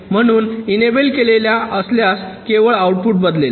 म्हणून इनेबल केलेले असल्यास केवळ आउटपुट बदलेल